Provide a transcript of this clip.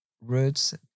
roots